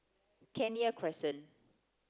Kenya Crescent